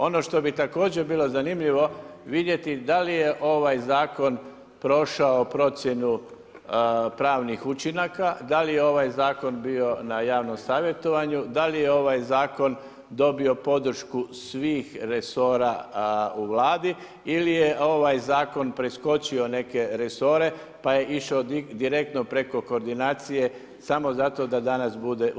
Ono što bi također bilo zanimljivo vidjeti da li je ovaj zakon prošao procjenu pravnih učinaka, da li je ovaj zakon bio na javnom savjetovanju, da li je ovaj zakon dobio podršku svih resora u Vladi ili je ovaj zakon preskočio neke resore pa je išao direktno preko koordinacije samo zato da danas bude u Saboru.